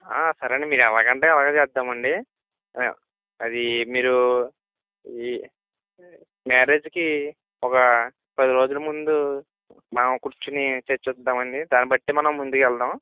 ఆ సరే అండి మీరు ఎలాగ అంటే అలాగే చేద్దాం అండి ఆ అది మీరు ఈ మ్యారేజ్కి ఒక పది రోజుల ముందు మనం కూర్చోని చర్చించుదాం అండి దాన్నిబట్టి మనం ముందుకు వెళ్దాం